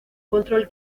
control